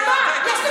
אני בחרתי